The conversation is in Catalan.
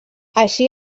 així